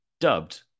dubbed